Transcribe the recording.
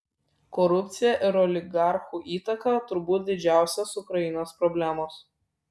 korupcija ir oligarchų įtaka turbūt didžiausios ukrainos problemos